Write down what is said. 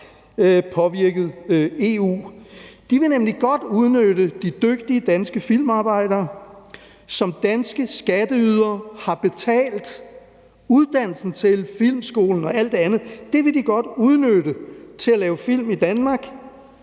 De vil nemlig godt udnytte de dygtige danske filmarbejdere, som danske skatteydere har betalt uddannelsen til – Filmskolen og alt det andet. Det vil de godt udnytte til at lave film i Danmark,